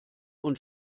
und